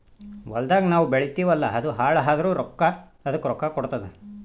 ಹೊಲ್ದಾಗ್ ನಾವ್ ಬೆಳಿತೀವಿ ಅಲ್ಲಾ ಅದು ಹಾಳ್ ಆದುರ್ ಅದಕ್ ರೊಕ್ಕಾ ಕೊಡ್ತುದ್